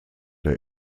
der